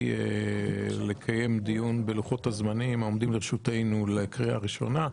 לקיים דיון בלוחות הזמנים העומדים לרשותנו לקריאה ראשונה.